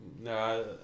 No